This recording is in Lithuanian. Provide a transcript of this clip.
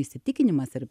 įsitikinimas ir